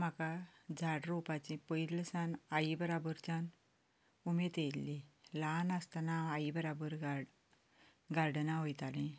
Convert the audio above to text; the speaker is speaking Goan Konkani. म्हाका झाडां रोवपाची पयलीं सावन आई बरोबरच्यान उमेद आयिल्ली ल्हान आसतना हांव आई बरोबर गार्डन गार्डना वयतालीं